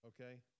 okay